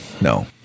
No